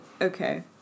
Okay